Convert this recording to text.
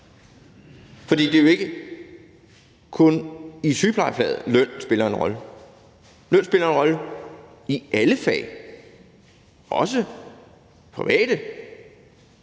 For det er jo ikke kun i sygeplejefaget, lønnen spiller en rolle. Lønnen spiller en rolle i alle fag, også private